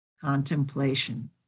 contemplation